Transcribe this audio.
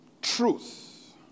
Truth